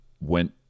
went